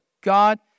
God